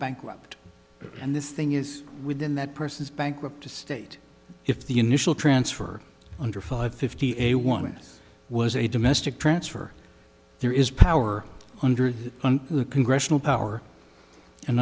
bankrupt and this thing is within that person's bankrupt the state if the initial transfer under five fifty a one was a domestic transfer there is power under the congressional power and